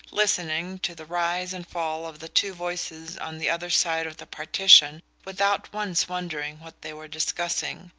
listening to the rise and fall of the two voices on the other side of the partition without once wondering what they were discussing.